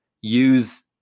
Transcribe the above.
use